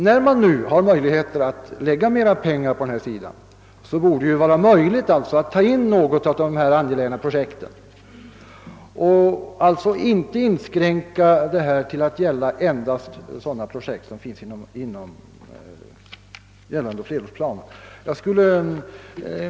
När man nu har möjligheter att lägga mer pengar på den sidan, borde det alltså vara möjligt att ta in någon del av de här angelägna projekten och inte inskränka åtgärden till att endast avse sådana projekt som finns inom gällande flerårsplaner.